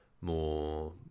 more